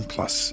Plus